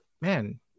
man